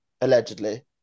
allegedly